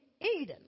Eden